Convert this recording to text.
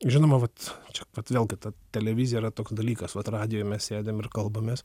žinoma vat čia vat vėl gi ta televizija yra toks dalykas vat radijuj mes sėdime ir kalbamės